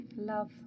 love